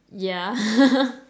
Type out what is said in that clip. ya